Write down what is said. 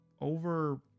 over